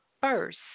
first